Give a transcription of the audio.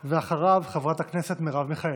ואחריו, חברת הכנסת מרב מיכאלי.